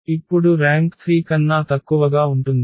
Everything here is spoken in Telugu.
ఇప్పుడు ర్యాంక్ 3 కన్నా తక్కువగా ఉంటుంది